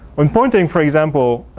um pointing for example,